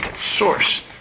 source